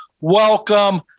Welcome